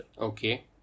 Okay